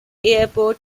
airport